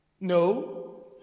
No